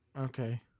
Okay